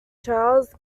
charles